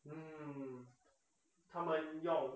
mm 他们用